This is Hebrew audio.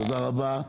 תודה רבה.